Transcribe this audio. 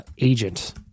agent